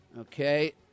Okay